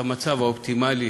למצב אופטימלי